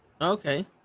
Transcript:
Okay